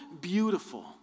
beautiful